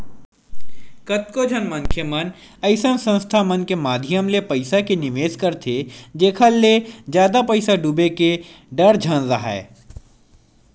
कतको झन मनखे मन अइसन संस्था मन के माधियम ले पइसा के निवेस करथे जेखर ले जादा पइसा डूबे के डर झन राहय